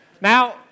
Now